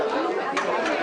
תודה רבה לכולם.